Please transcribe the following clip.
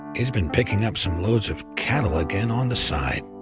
he's been picking up some loads of cattle again on the side.